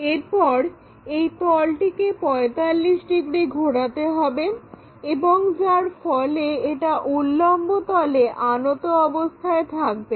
এরপর এই তলটিকে 45° ঘোরাতে হবে এবং যার ফলে এটা উল্লম্ব তলে আনত অবস্থায় থাকবে